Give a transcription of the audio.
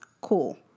Cool